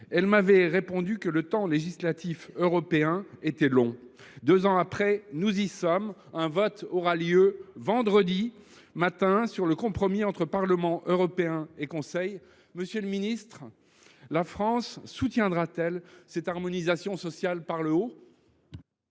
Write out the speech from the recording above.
Elle m’avait répondu que le temps législatif européen était long. Deux ans après, nous y sommes. Un vote aura lieu vendredi matin sur le compromis entre Parlement européen et Conseil. Monsieur le ministre, la France soutiendra t elle cette harmonisation sociale par le haut ?